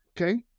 Okay